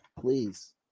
please